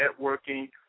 networking